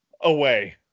away